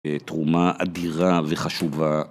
תרומה אדירה וחשובה.